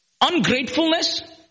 ungratefulness